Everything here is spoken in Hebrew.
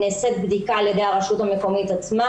נעשית בדיקה על ידי הרשות המקומית עצמה,